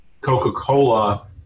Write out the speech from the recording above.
Coca-Cola